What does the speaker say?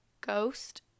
ghost